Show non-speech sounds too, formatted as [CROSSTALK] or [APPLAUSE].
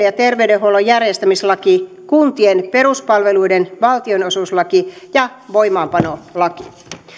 [UNINTELLIGIBLE] ja terveydenhuollon järjestämislaki kuntien peruspalveluiden valtionosuuslaki ja voimaanpanolaki